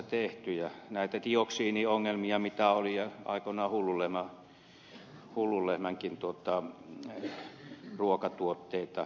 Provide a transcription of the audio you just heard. näitä dioksiiniongelmia oli ja aikoinaan hullunlehmän ruokatuotteitakin